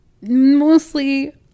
mostly